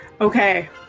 Okay